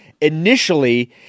initially